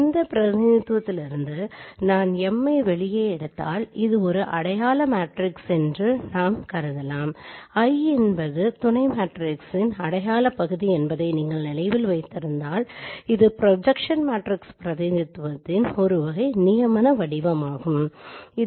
மற்றொரு பிரதிநிதித்துவம் நான் M ஐ வெளியில் எடுத்துக் கொண்டால் இதனை ஒரு ஐடென்டிட்டி மேட்ரிக்ஸ் என்று நான் கருதலாம் இது ஒரு வகையான நியமன வடிவமாகும் இது துணை மேட்ரிக்ஸின் அடையாளப் பகுதி என்பதை நீங்கள் நினைவில் வைத்திருந்தால் இது ஒன்றும் இல்லை ஆனால் இது எதிர்மறை மையம் அதாவது இது